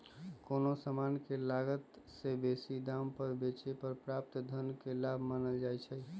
कोनो समान के लागत से बेशी दाम पर बेचे पर प्राप्त धन के लाभ मानल जाइ छइ